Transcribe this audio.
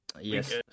Yes